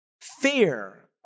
Fear